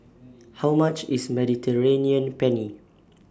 How much IS Mediterranean Penne